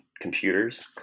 computers